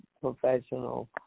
professional